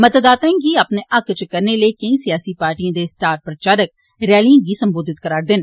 मतदाताएं गी अपने हक्का इच करने लेई केई सियासी पार्टिएं दी स्टार प्रचारक रैलिए गी संबोधित करा'रदे न